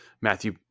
Matthew